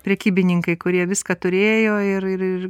prekybininkai kurie viską turėjo ir ir ir